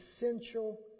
essential